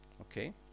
Okay